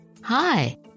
Hi